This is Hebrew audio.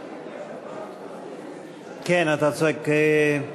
כן, אתה צודק.